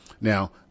now